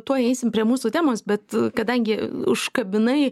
tuoj eisim prie mūsų temos bet kadangi užkabinai